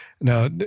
Now